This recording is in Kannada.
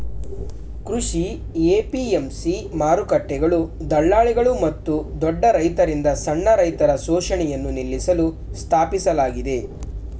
ಕೃಷಿ ಎ.ಪಿ.ಎಂ.ಸಿ ಮಾರುಕಟ್ಟೆಗಳು ದಳ್ಳಾಳಿಗಳು ಮತ್ತು ದೊಡ್ಡ ರೈತರಿಂದ ಸಣ್ಣ ರೈತರ ಶೋಷಣೆಯನ್ನು ನಿಲ್ಲಿಸಲು ಸ್ಥಾಪಿಸಲಾಗಿದೆ